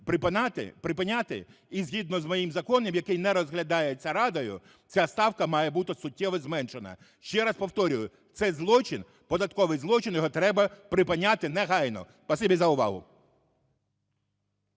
припиняти, і згідно з моїм законом, який не розглядається Радою, ця ставка має бути суттєво зменшена. Ще раз повторюю: це злочин, податковий злочин, його треба припиняти негайно. Спасибі за увагу.